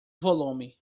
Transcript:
volume